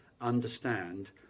understand